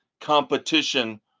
competition